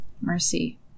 Mercy